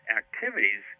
activities